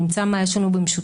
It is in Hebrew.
נמצא מה יש לנו במשותף.